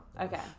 Okay